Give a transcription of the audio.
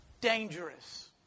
dangerous